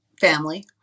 family